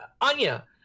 Anya